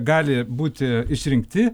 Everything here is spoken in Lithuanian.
gali būti išrinkti